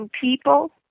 people